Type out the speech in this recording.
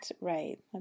right